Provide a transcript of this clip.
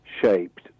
shaped